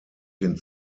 den